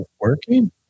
working